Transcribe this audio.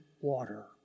water